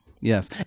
yes